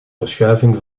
verschuiving